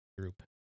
group